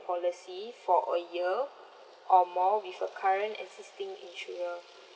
policy for a year or more with your current existing insurer